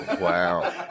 Wow